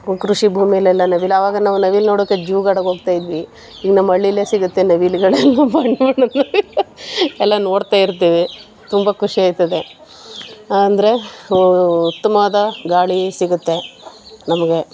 ಕೃಷಿ ಭೂಮಿಲೆಲ್ಲ ನವಿಲು ಆವಾಗ ನಾವು ನವಿಲು ನೋಡೋಕೆ ಜುವ್ಗಡಗೆ ಹೋಗ್ತಾ ಇದ್ವಿ ಈಗ ನಮ್ಮ ಹಳ್ಳಿಲೇ ಸಿಗುತ್ತೆ ನವಿಲುಗಳೆಲ್ಲ ಬಣ್ಣ ಬಣ್ಣದ ನವಿಲು ಎಲ್ಲ ನೋಡ್ತಾ ಇರ್ತೀವಿ ತುಂಬ ಖುಷಿಯಾಯ್ತದೆ ಅಂದರೆ ಉತ್ತಮವಾದ ಗಾಳಿ ಸಿಗುತ್ತೆ ನಮಗೆ